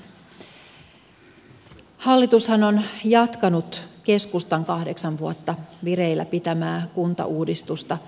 hallitushan on jatkanut keskustan kahdeksan vuotta vireillä pitämää kuntauudistusta